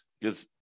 because-